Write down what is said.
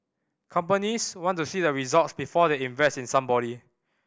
companies want to see the results before they invest in somebody